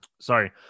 sorry